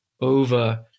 over